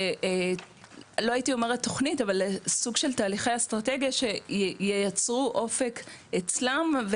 לא הייתי אומרת תוכנית אבל סוג של תהליכי אסטרטגיה שייצרו אופק אצלם,